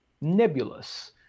nebulous